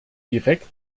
direkt